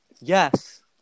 Yes